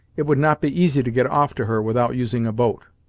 it would not be easy to get off to her without using a boat.